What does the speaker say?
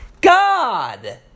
God